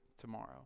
tomorrow